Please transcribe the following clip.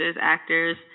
actors